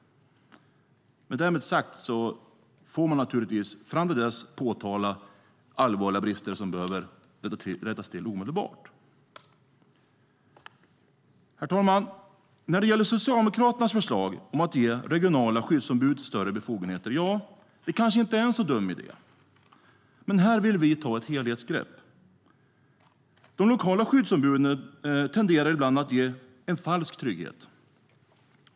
Med det sagt får man naturligtvis fram till dess påtala allvarliga brister som behöver rättas till omedelbart. Herr talman! Socialdemokraternas förslag att ge regionala skyddsombud större befogenheter kanske inte är en sådan dum idé. Men här vill vi ta ett helhetsgrepp. De lokala skyddsombuden tenderar ibland att ge en falsk trygghet.